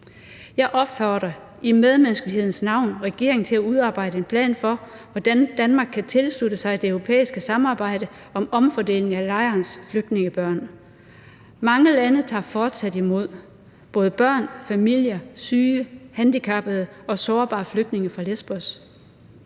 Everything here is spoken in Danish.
Jeg opfordrer i medmenneskelighedens navn regeringen til at udarbejde en plan for, hvordan Danmark kan tilslutte sig det europæiske samarbejde om omfordeling af lejrens flygtningebørn. Mange lande tager fortsat imod både børn, familier, syge, handicappede og sårbare flygtninge fra Lesbos.